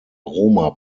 roma